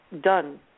done